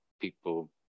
people